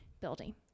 building